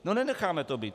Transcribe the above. No nenecháme to být.